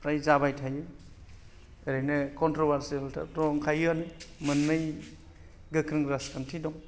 फ्राय जाबाय थायो ओरैनो कन्त्र'भार्सियेलथ' दंखायोआनो मोननै गोख्रों राजखान्थि दं